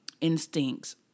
instincts